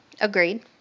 Agreed